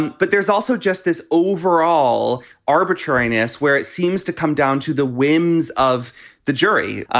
but there's also just this overall arbitrariness where it seems to come down to the whims of the jury.